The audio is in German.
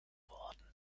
worden